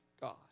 God